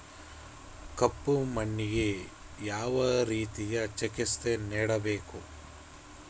ಕಪ್ಪು ಮಣ್ಣಿಗೆ ಯಾವ ರೇತಿಯ ಚಿಕಿತ್ಸೆ ನೇಡಬೇಕು?